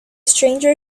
stranger